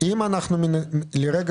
אני רואה לידך